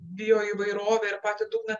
bioįvairovę ir patį dugną